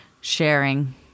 sharing